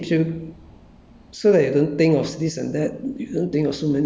meditation it clears your mind it keeps you